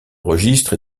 registre